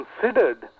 considered